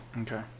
Okay